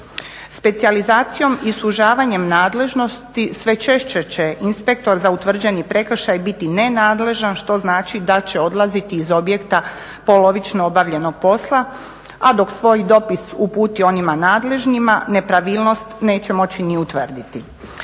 Specijalizacijom i sužavanjem nadležnosti sve češće će inspektor za utvrđeni prekršaj biti nenadležan što znači da će odlaziti iz objekta polovično obavljenog posla, a dok svoj dopis uputi onima nadležnima nepravilnost neće moći ni utvrditi.